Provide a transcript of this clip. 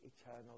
eternal